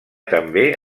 també